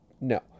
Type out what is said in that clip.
No